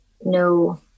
no